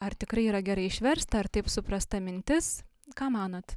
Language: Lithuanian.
ar tikrai yra gerai išversta ar taip suprasta mintis ką manot